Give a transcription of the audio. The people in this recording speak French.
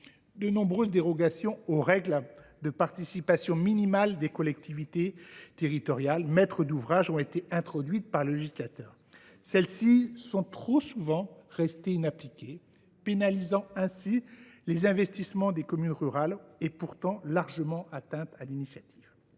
de nombreuses dérogations aux règles de participation minimale des collectivités territoriales maîtres d’ouvrage ont été introduites par le législateur. Elles sont trop souvent restées inappliquées, pénalisant ainsi les investissements des communes rurales et portant largement atteinte à l’initiative